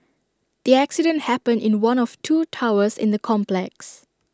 the accident happened in one of two towers in the complex